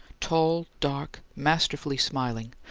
tall, dark, masterfully smiling,